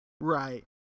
Right